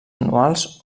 anuals